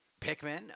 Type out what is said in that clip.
Pikmin